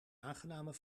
aangename